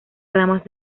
ramas